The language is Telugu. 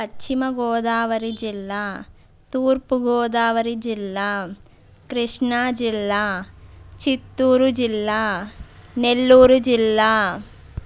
పశ్చిమగోదావరి జిల్లా తూర్పుగోదావరి జిల్లా కృష్ణాజిల్లా చిత్తూరు జిల్లా నెల్లూరు జిల్లా